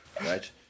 right